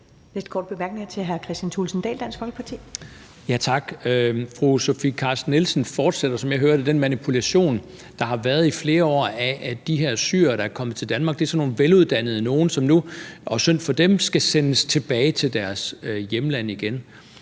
næste korte bemærkning er til hr. Kristian Thulesen Dahl, Dansk Folkeparti. Kl. 14:32 Kristian Thulesen Dahl (DF): Tak. Fru Sofie Carsten Nielsen fortsætter, som jeg hører det, den manipulation, der har været i flere år, med, at de her syrere, der er kommet til Danmark, er sådan nogle veluddannede nogle, som nu – og det er synd for dem – skal sendes tilbage til deres hjemland igen.